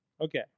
Okay